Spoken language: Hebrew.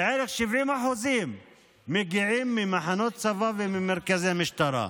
בערך 70% מגיעים ממחנות צבא וממרכזי משטרה,